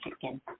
chicken